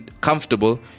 comfortable